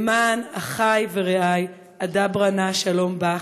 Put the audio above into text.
למען אחי ורעי אדברה נא שלום בך.